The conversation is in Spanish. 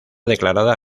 declarada